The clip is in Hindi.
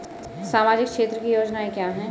सामाजिक क्षेत्र की योजनाएं क्या हैं?